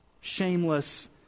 Shameless